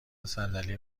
صندلی